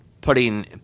putting